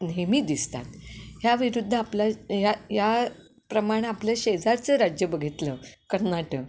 नेहमी दिसतात ह्या विरुद्ध आपल्या ह या प्रमाण आपलं शेजारचं राज्य बघितलं कर्नाटक